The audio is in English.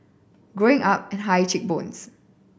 growing up and high cheek bones